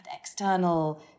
external